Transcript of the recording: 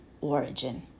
origin